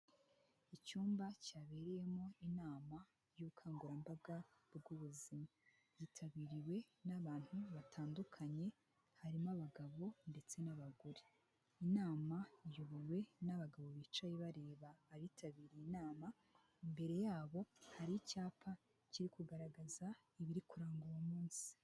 Icyumba cyabereyemo inama y'ubukangurambaga bw'ubuzima yitabiriwe n'abantu batandukanye harimo abagabo ndetse n'abagore inama iyobowe n'abagabo bicaye bareba abitabiriye inama imbere yabo hari icyapa kiri kugaragaza ibiri kuranga uwo munsi.